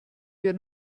wir